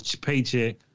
paycheck